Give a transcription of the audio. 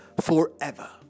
forever